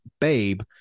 Babe